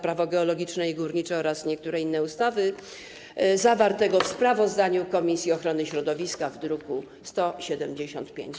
Prawo geologiczne i górnicze oraz niektórych innych ustaw, zawartego w sprawozdaniu komisji ochrony środowiska z druku nr 175.